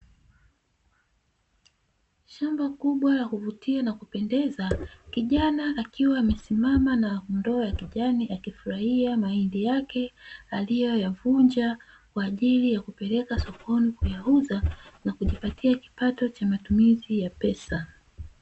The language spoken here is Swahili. Shamba kubwa la kuvutia na kupendeza, kijana akiwa amesimama na ndoo ya kijani akifurahia mahindi yake aliyoyavunja, kwa ajili ya kupeleka sokoni kuyauza ka kujipatia kipato cha matumizi ya pesa.